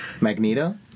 Magneto